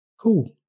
Cool